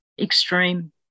extreme